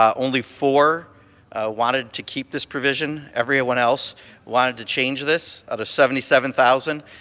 ah only four wanted to keep this provision. everyone else wanted to change this out of seventy seven thousand.